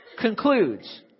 concludes